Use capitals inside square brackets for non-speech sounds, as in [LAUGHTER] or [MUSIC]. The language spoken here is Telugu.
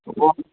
[UNINTELLIGIBLE]